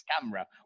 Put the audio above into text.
camera